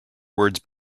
words